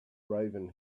raven